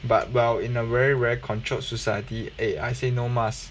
but while in a very very controlled society eh I say no mask